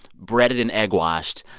breaded and egg-washed,